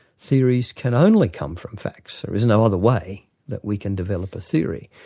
theories can only come from facts. there's no other way that we can develop a theory,